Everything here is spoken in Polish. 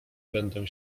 będę